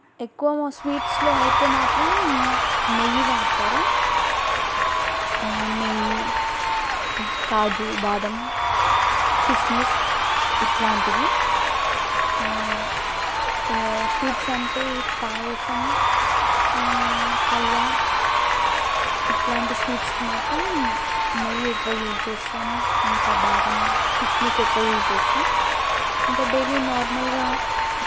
ఎక్కువ మా స్వీట్స్లో అయితే మాత్రం నెయ్యి వాడతారు నెయ్యి కాజు బాదం కిస్మిస్ ఇట్లాంటివి స్వీట్స్ అంటే పాయసం హల్వా ఇట్లాంటి స్వీట్స్కి మాత్రం నెయ్యి ఎక్కువ యూజ్ చేస్తాము ఇంకా బాదం కిస్మిస్ ఎక్కువ యూజ్ చేస్తాము ఇంకా డైలీ నార్మల్గా